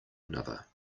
another